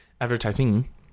Advertising